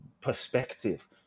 perspective